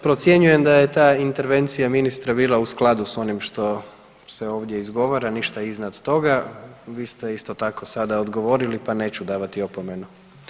Procjenjujem da je ta intervencija ministra bila u skladu s onim što se ovdje izgovara, ništa iznad toga, vi ste isto tako sada odgovorili pa neću davati opomenu.